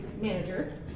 manager